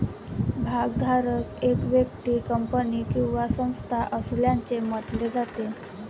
भागधारक एक व्यक्ती, कंपनी किंवा संस्था असल्याचे म्हटले जाते